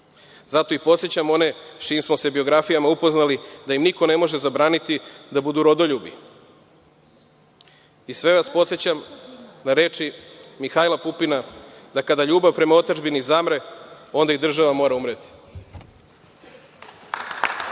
Zato i podsećam one s čijim smo se biografijama upoznali da im niko ne može zabraniti da budu rodoljubi. Sve vas podsećam na reči Mihajla Pupina, da kada ljubav prema otadžbini zamre, onda i država mora umreti.